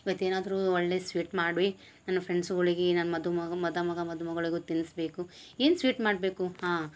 ಇವತ್ತು ಏನಾದರು ಒಳ್ಳೆಯ ಸ್ವೀಟ್ ಮಾಡಿ ನನ್ನ ಫ್ರೆಂಡ್ಸುಗಳಿಗೆ ನನ್ನ ಮದುಮ ಮಧುಮಗ ಮಧುಮಗ್ಳಿಗು ತಿನ್ಸ್ಬೇಕು ಏನು ಸ್ವೀಟ್ ಮಾಡಬೇಕು ಹಾ